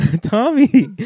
tommy